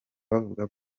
bavuga